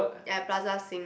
ya Plaza-Sing